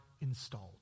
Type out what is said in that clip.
installed